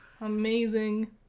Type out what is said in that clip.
Amazing